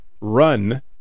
run